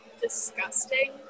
disgusting